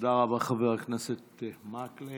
תודה רבה, חבר הכנסת מקלב.